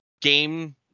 game